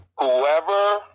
whoever